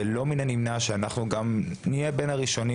ולא מן הנמנע שאנחנו גם נהיה בין הראשונים